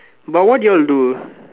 but what did y'all do